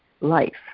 life